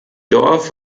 dorf